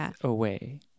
away